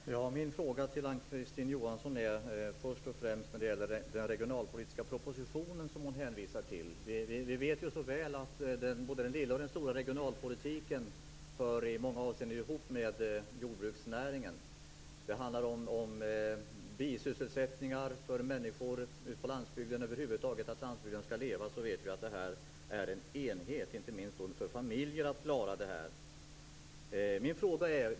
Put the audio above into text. Herr talman! Min första fråga till Ann-Kristine Johansson gäller den regionalpolitiska proposition som hon hänvisar till. Vi vet så väl att både den lilla och den stora regionalpolitiken i många avseenden hör ihop med jordbruksnäringen. Det handlar om bisysselsättningar för människor ute på landsbygden och över huvud taget om att landsbygden skall leva. Vi vet att det är en enhet. Det gäller inte minst för familjer att klara sig.